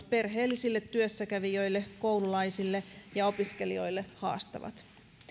perheellisille työssäkävijöille koululaisille ja opiskelijoille haastavat